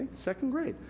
second grade.